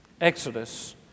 Exodus